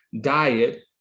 diet